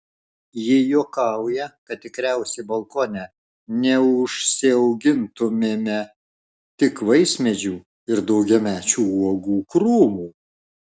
ji juokauja kad tikriausiai balkone neužsiaugintumėme tik vaismedžių ir daugiamečių uogų krūmų